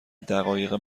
دقایق